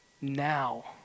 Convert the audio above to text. now